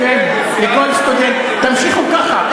תמשיכו ככה.